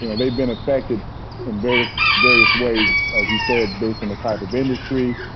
you know they've been affected in various various ways, as you said, based on the type of industry,